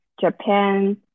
Japan